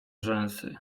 rzęsy